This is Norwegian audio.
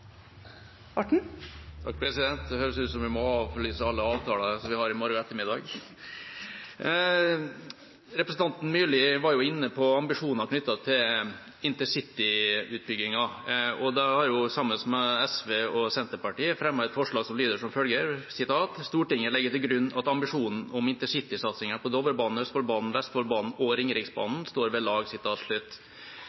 Det høres ut som om vi må avlyse alle avtaler vi har i morgen ettermiddag. Representanten Myrli var inne på ambisjoner knyttet til intercityutbyggingen. De har, sammen med SV og Senterpartiet, fremmet et forslag som lyder som følger: «Stortinget legger til grunn at ambisjonen om InterCity-satsingen på Dovrebanen, Østfoldbanen, Vestfoldbanen og